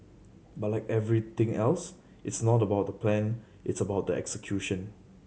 but like everything else it's not about the plan it's about the execution